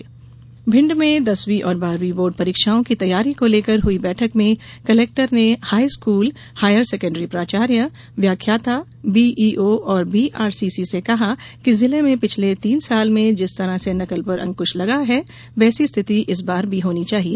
पुरीक्षा तैयारी भिंड में दसवीं और बारहवीं बोर्ड परीक्षाओं की तैयारी को लेकर हुई बैठक में कलेक्टर ने हाईस्कूल हायर सेकेंडरी प्राचार्य व्याख्याता बीईओ और बीआरसीसी से कहा कि जिले में पिछले तीन साल में जिस तरह से नकल पर अंक्श लगा है वैसी स्थिति इस बार भी होनी चाहिए